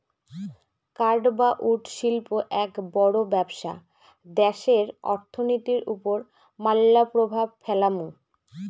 কাঠ বা উড শিল্প এক বড় ব্যবসা দ্যাশের অর্থনীতির ওপর ম্যালা প্রভাব ফেলামু